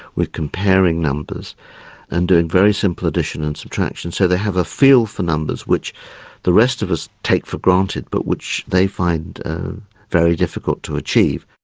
with comparing numbers and doing very simple addition and subtraction, so they have a feel for numbers which the rest of us take for granted but which they find very difficult to achieve.